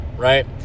right